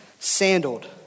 Sandaled